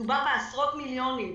מדובר בעשרות מיליונים.